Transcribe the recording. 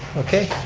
okay.